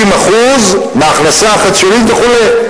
50% מההכנסה החציונית וכו'.